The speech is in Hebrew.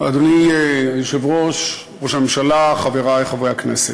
אדוני היושב-ראש, ראש הממשלה, חברי חברי הכנסת,